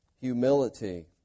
humility